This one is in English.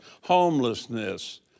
homelessness